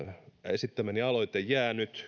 esittämäni aloite jää nyt